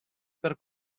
per